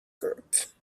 group